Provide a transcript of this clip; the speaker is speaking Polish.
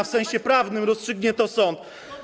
W sensie prawnym rozstrzygnie to sąd.